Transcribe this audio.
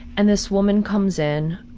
and this woman comes in,